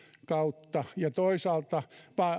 kautta ja toisaalta